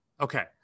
Okay